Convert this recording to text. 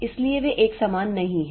इसलिए वे एक समान नहीं हैं